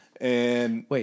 Wait